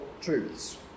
truths